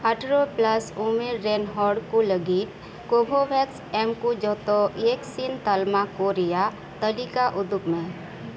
ᱟᱴᱷᱨᱚ ᱯᱞᱟᱥ ᱩᱢᱮᱨ ᱨᱮᱱ ᱦᱚᱲ ᱠᱚ ᱞᱟᱹᱜᱤᱫ ᱠᱳᱼᱵᱷᱳᱵᱷᱮᱠᱥ ᱮᱢ ᱠᱚ ᱡᱚᱛᱚ ᱵᱷᱮᱠᱥᱤᱱ ᱛᱟᱞᱢᱟ ᱠᱚ ᱨᱮᱭᱟᱜ ᱛᱟᱞᱤᱠᱟ ᱩᱫᱩᱜᱽ ᱢᱮ